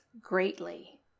greatly